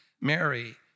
Mary